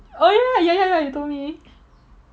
oh ya ya ya ya ya you told me